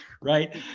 right